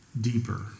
Deeper